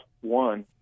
one